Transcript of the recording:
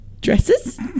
dresses